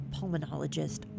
pulmonologist